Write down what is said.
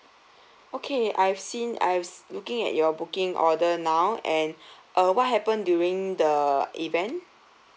okay I've seen I'm looking at your booking order now and uh what happened during the event